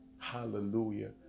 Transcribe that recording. Hallelujah